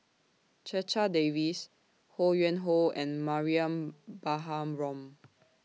Checha Davies Ho Yuen Hoe and Mariam Baharom